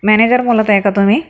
manager बोलत आहे का तुम्ही